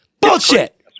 Bullshit